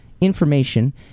information